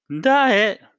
Diet